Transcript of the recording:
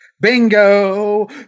bingo